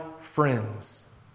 friends